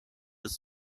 ist